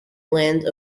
land